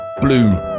Bloom